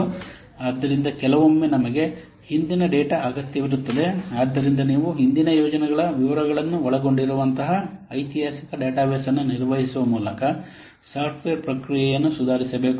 ಆದ್ದರಿಂದ ಕೆಲವೊಮ್ಮೆ ನಮಗೆ ಹಿಂದಿನ ಡೇಟಾ ಅಗತ್ಯವಿರುತ್ತದೆ ಆದ್ದರಿಂದ ನೀವು ಹಿಂದಿನ ಯೋಜನೆಗಳ ವಿವರಗಳನ್ನು ಒಳಗೊಂಡಿರುತವ ಐತಿಹಾಸಿಕ ಡೇಟಾಬೇಸ್ ಅನ್ನು ನಿರ್ವಹಿಸುವ ಮೂಲಕ ಸಾಫ್ಟ್ವೇರ್ ಪ್ರಕ್ರಿಯೆಯನ್ನು ಸುಧಾರಿಸಬೇಕು